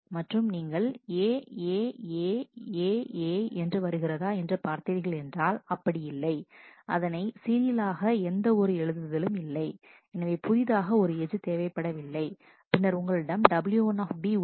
மற்றும் நீங்கள் AAAAAA என்று வருகிறதா என்று பார்த்தீர்கள் என்றால் அப்படி இல்லை அதனை சீரியல் ஆக எந்த ஒரு எழுதுதலும் இல்லை எனவே புதிதாக ஒரு எட்ஜ் தேவைப்படவில்லை பின்னர் உங்களிடம்W1B உள்ளன